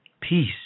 peace